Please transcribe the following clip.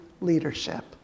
leadership